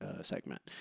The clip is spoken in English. segment